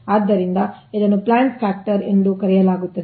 ಆದ್ದರಿಂದ ಇದನ್ನು plant factor ಎಂದು ಕರೆಯಲಾಗುತ್ತದೆ